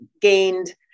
gained